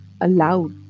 aloud